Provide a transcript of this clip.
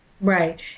Right